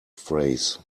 phrase